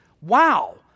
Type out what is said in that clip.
wow